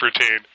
routine